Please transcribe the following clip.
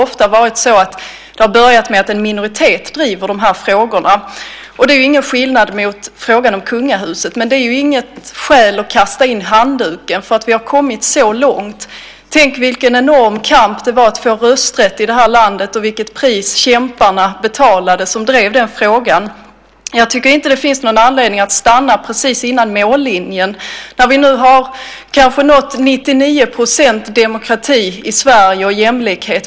Ofta har det börjat med att en minoritet driver frågorna. Det är inte annorlunda i frågan om kungahuset. Men det är inget skäl att kasta in handduken - vi har ju kommit så långt. Tänk vilken enorm kamp det var att få rösträtt här i landet och vilket pris kämparna som drev den frågan betalade! Det finns ingen anledning att stanna precis framför mållinjen. Nu har vi nått kanske 99 % demokrati och jämlikhet i Sverige.